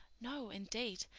no, indeed.